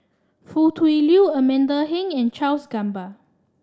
Foo Tui Liew Amanda Heng and Charles Gamba